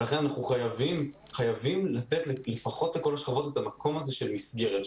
לכן אנחנו חייבים לתת לפחות לכל השכבות את המקום הזה של מסגרת,